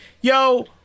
yo